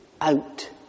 out